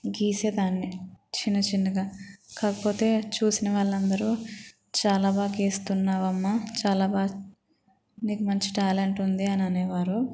గీసే దాన్ని చిన్న చిన్నగా కాకపోతే చూసిన వాళ్ళందరూ చాలా బాగా గీస్తున్నావమ్మా చాలా బాగా నీకు మంచి ట్యాలెంట్ ఉంది అని అనేవారు